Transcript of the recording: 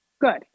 Good